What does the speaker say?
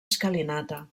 escalinata